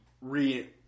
re